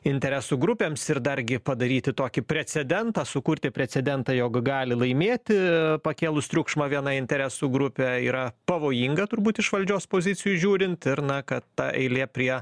interesų grupėms ir dargi padaryti tokį precedentą sukurti precedentą jog gali laimėti pakėlus triukšmą viena interesų grupė yra pavojinga turbūt iš valdžios pozicijų žiūrint ir na kad ta eilė prie